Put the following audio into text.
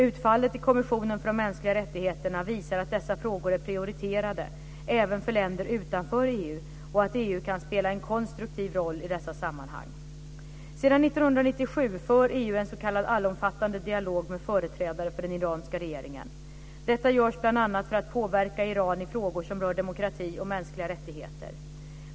Utfallet i kommissionen för de mänskliga rättigheterna visar att dessa frågor är prioriterade även för länder utanför EU och att EU kan spela en konstruktiv roll i dessa sammanhang. Sedan 1997 för EU en s.k. allomfattande dialog med företrädare för den iranska regeringen. Detta görs bl.a. för att påverka Iran i frågor som rör demokrati och mänskliga rättigheter.